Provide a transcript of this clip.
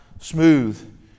smooth